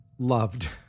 Loved